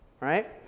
Right